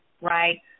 right